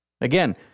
Again